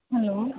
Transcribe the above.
hello